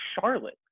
Charlotte